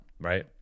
right